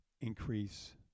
Increase